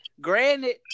granted